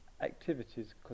activities